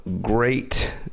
great